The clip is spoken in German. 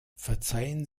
verzeihen